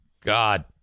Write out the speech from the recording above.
God